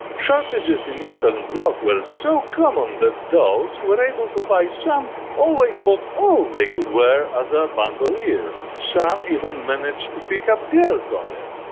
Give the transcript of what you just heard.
shortages in eastern bloc were so common, that those who were able to buy some, always bought all they could wear as a bandoleer. some even managed to pick up girls on it.